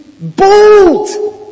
bold